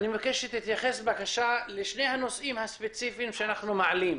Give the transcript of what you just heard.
אני מבקש שתתייחס בבקשה לשני הנושאים הספציפיים שאנחנו מעלים.